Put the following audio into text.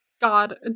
God